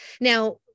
Now